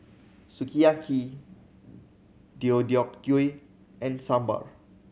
Sukiyaki Deodeok Gui and Sambar